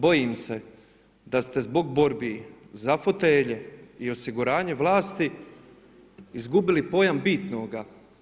Bojim se da ste zbog borbi za fotelje i osiguranje vlasti izgubili pojam bitnoga.